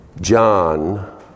John